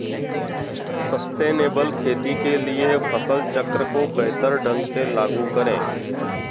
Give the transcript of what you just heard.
sustainable खेती के लिए फसल चक्र को बेहतर ढंग से लागू करें